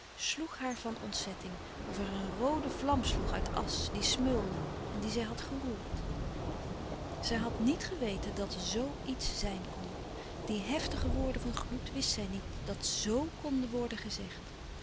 sloeg haar van ontzetting of er een roode vlam sloeg uit asch die smeulde en die zij had geroerd zij had niet geweten dat zoo iets zijn kon die heftige woorden van gloed wist zij niet dat z konden worden gezegd